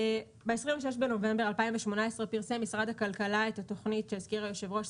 ב-26 בנובמבר 2018 פרסם משרד הכלכלה את התוכנית שהזכיר היושב-ראש,